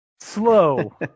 Slow